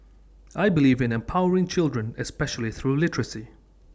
I believe in empowering children especially through literacy